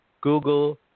Google